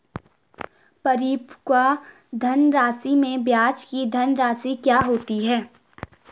परिपक्व धनराशि में ब्याज की धनराशि क्या होती है?